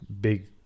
big